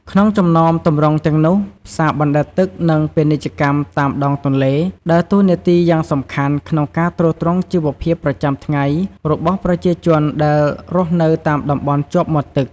ក្នុងចំណោមទម្រង់ទាំងនោះ ផ្សារបណ្តែតទឹក និង ពាណិជ្ជកម្មតាមដងទន្លេ ដើរតួនាទីយ៉ាងសំខាន់ក្នុងការទ្រទ្រង់ជីវភាពប្រចាំថ្ងៃរបស់ប្រជាជនដែលរស់នៅតាមតំបន់ជាប់មាត់ទឹក។